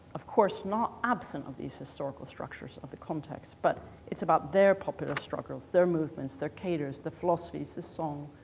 of course, not absent of these historical structures of the context, but it's about their popular struggles, their movements, their cadres, the philosophies, the song,